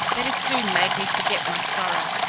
that it soon made me forget my sorrow,